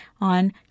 on